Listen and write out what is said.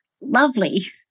lovely